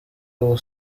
ubu